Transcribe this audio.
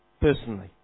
personally